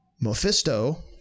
Mephisto